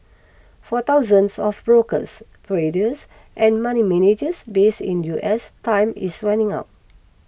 for thousands of brokers traders and money managers base in US time is running out